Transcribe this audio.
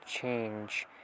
change